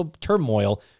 turmoil